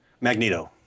Magneto